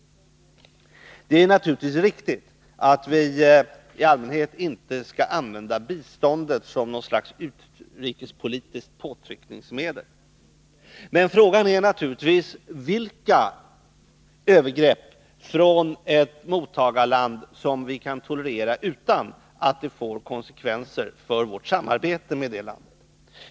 Det är naturligtvis riktigt att vi i allmänhet inte skall använda biståndet som något slags utrikespolitiskt påtryckningsmedel, men frågan är naturligtvis vilka övergrepp från ett mottagarland som vi kan tolerera utan att det får konsekvenser för vårt samarbete med det landet.